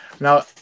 Now